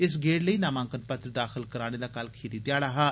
इस गेड़ लेई नामांकन पत्र दाखिल करवाने दा कल खीरी ध्याड़ा हा